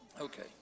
Okay